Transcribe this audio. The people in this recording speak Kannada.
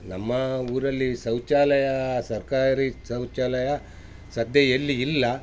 ನಮ್ಮ ಊರಲ್ಲಿ ಶೌಚಾಲಯ ಸರ್ಕಾರಿ ಶೌಚಾಲಯ ಸಧ್ಯ ಎಲ್ಲಿ ಇಲ್ಲ